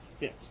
Yes